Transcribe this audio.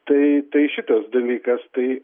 tai tai šitas dalykas tai